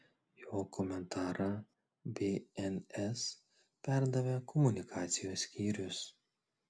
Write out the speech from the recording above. jo komentarą bns perdavė komunikacijos skyrius